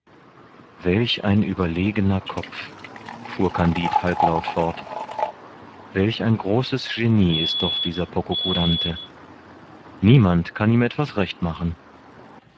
welch ein überlegener kopf fuhr kandid halblaut fort welch ein großes genie ist doch dieser pococurante niemand kann ihm etwas recht machen